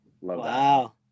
wow